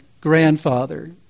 grandfather